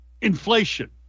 inflation